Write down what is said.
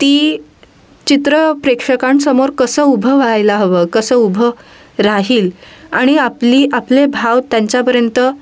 ती चित्रं प्रेक्षकांसमोर कसं उभं व्हायला हवं कसं उभं राहील आणि आपली आपले भाव त्यांच्यापर्यंत